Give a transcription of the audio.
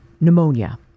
pneumonia